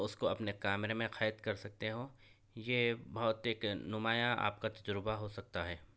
اس کو اپنے کیمرے میں قید کر سکتے ہو یہ بہت ایک نمایا آپ کا تجربہ ہو سکتا ہے